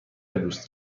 دوست